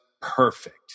perfect